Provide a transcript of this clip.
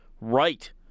right